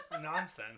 nonsense